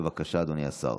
בבקשה, אדוני השר.